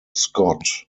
scott